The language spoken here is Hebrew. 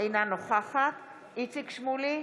אינה נוכחת איציק שמולי,